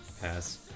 Pass